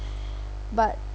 but